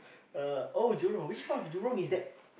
uh oh jurong which part of jurong is that